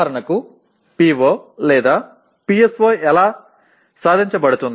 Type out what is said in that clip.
எடுத்துக்காட்டாக PO PSO எவ்வாறு அடையப்படுகிறது